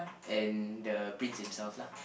and the prince himself lah